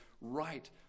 right